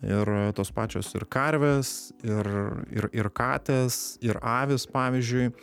ir tos pačios ir karvės ir ir ir katės ir avys pavyzdžiui